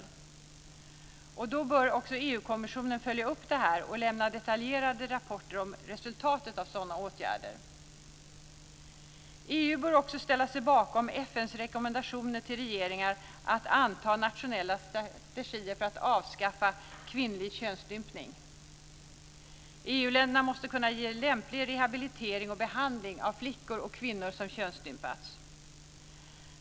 EU-kommissionen bör också följa upp detta och lämna detaljerade rapporter om resultatet av sådana åtgärder. EU bör också ställa sig bakom FN:s rekommendationer till regeringar att anta nationella strategier för att avskaffa kvinnlig könsstympning. EU-länderna måste kunna ge lämplig rehabilitering och behandling av flickor och kvinnor som könsstympats.